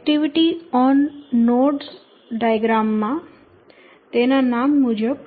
activity on node diagram માં તેના નામ મુજબ